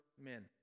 men